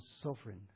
sovereign